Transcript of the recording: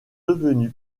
devenu